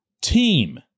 team